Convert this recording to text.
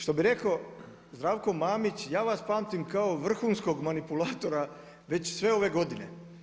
Što bi rekao Zdravko Mamić, ja vas pamtim kao vrhunskog manipulatora već sve ove godine.